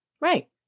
Right